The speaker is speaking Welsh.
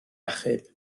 achub